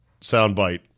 soundbite